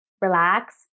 relax